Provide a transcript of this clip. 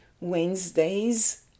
Wednesdays